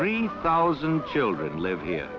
three thousand children live here